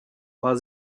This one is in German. war